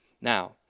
Now